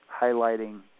highlighting